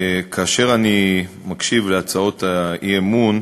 כאשר אני מקשיב להצעות האי-אמון,